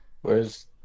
Whereas